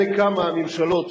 הממשלה.